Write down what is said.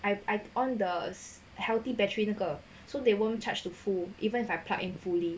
I I on the healthy battery 那个 so they won't charge to full even if I plug in fully